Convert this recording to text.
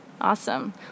awesome